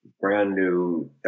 brand-new